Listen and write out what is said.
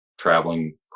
traveling